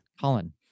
Colin